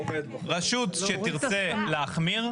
רשות שתרצה להחמיר.